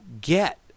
get